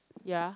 ya